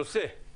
הנושא,